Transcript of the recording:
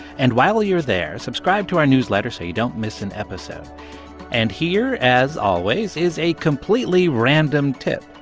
and while you're there, subscribe to our newsletter so you don't miss an episode and here, as always, is a completely random tip.